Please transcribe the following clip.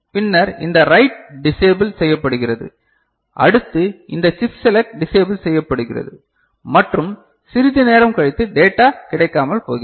பின்னர் இந்த write disable செய்யப்படுகிறது அடுத்து இந்த சிப் செலக்ட் டிஸ்ஏபில் செய்யப்படுகிறது மற்றும் சிறிது நேரம் கழித்து டேட்டா கிடைக்காமல் போகிறது